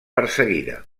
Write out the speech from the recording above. perseguida